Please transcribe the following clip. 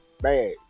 bad